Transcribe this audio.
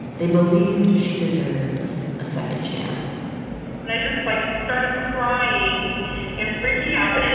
they believed she deserved a second chance but i just, like, started crying and freaking out.